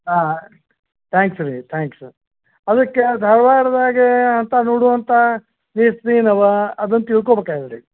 ಆಂ thanks ರೀ thanks ಅದಕ್ಕೆ ಧಾರವಾಡ್ದಾಗೆ ಅಂಥ ನೋಡುವಂಥ ಪ್ಲೇಸ್ ಏನಿವೆ ಅದನ್ನು ತಿಳ್ಕೋಬೇಕಾಗಿದ್ರಿ